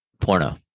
Porno